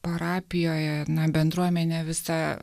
parapijoje na bendruomenė visa